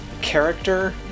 character